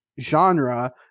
genre